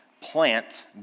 Plant